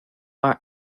are